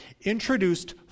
introduced